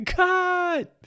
God